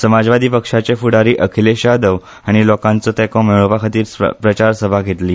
समाजवादी पक्षाचे फूडारी अखिलेश यादव हाणी लोकांचो तेंको मेळोवपा खातीर प्रचार सभा घेतली